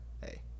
Hey